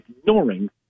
Ignoring